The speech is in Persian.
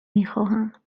میخواهم